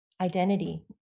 identity